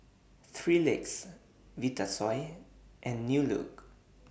three Legs Vitasoy and New Look